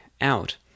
out